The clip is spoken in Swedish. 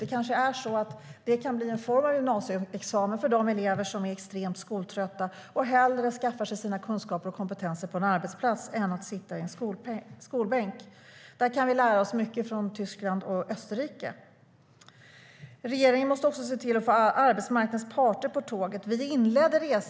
Det kanske kan bli en form av gymnasieexamen för de elever som är extremt skoltrötta och hellre skaffar sig sina kunskaper och kompetenser på en arbetsplats än genom att sitta i en skolbänk. Där kan vi lära oss mycket av Tyskland och Österrike.Regeringen måste också se till att få med arbetsmarknadens parter på tåget.